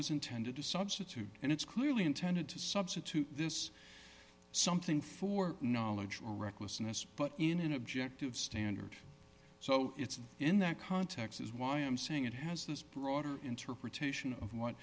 was intended to substitute and it's clearly intended to substitute this something for knowledge or recklessness but in an objective standard so it's in that context is why i'm saying it has this broader interpretation of what